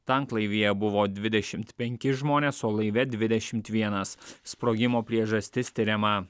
tanklaivyje buvo dvidešimt penki žmonės o laive dvidešimt vienas sprogimo priežastis tiriama